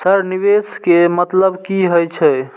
Sir निवेश के मतलब की हे छे?